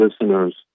listeners